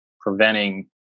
preventing